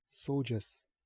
Soldiers